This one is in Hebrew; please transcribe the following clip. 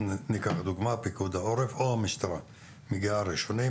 פיקוד העורף או המשטרה מגיעים ראשונים,